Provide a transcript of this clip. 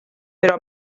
però